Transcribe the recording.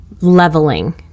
leveling